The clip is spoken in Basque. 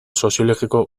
soziologiko